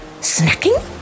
Snacking